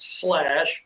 slash